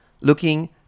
looking